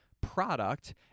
product